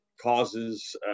causes